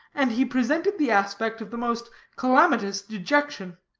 and he presented the aspect of the most calamitous dejection.